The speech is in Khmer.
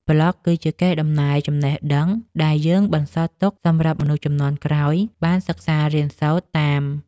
ប្លក់គឺជាកេរដំណែលចំណេះដឹងដែលយើងបន្សល់ទុកសម្រាប់មនុស្សជំនាន់ក្រោយបានសិក្សារៀនសូត្រតាម។